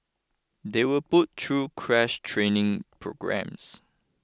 they were put through crash training programmes